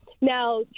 Now